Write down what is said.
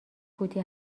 فوتی